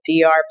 DR